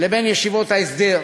לבין ישיבות ההסדר,